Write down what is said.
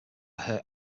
hurt